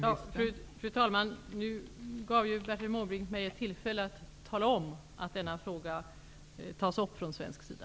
Fru talman! Nu gav Bertil Måbrink mig ett tillfälle att tala om att denna fråga tas upp från svensk sida.